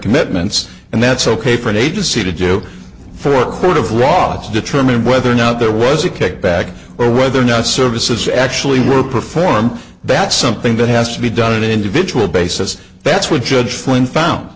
commitments and that's ok for an agency to do for court of law it's determining whether or not there was a kickback or whether or not services actually were performed that's something that has to be done in an individual basis that's what judge flynn found